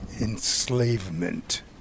enslavement